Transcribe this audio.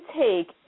take